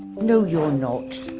no, you're not.